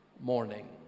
morning